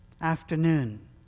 afternoon